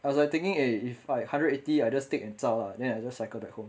I was like thinking eh if like hundred and eighty I just take and zao lah then I just cycle back home